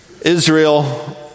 Israel